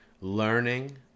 learning